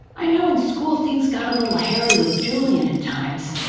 i know in school things got a little hairy with julian at times.